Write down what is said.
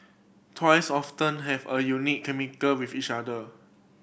twins often have a unique with each other